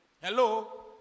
Hello